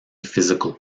physical